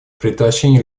предотвращение